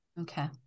Okay